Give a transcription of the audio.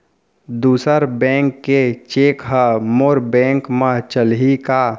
दूसर बैंक के चेक ह मोर बैंक म चलही का?